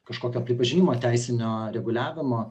kažkokio pripažinimo teisinio reguliavimo